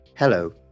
Hello